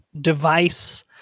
device